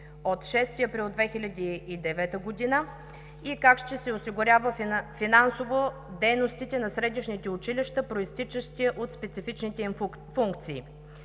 от 6 април 2009 г.? Как ще се осигуряват финансово дейностите на средищните училища, произтичащи от специфичните им функции?